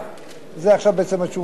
עכשיו זה בעצם התשובה על שאלתך.